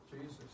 Jesus